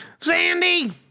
Sandy